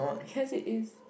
cause it is